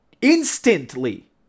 Instantly